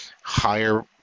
higher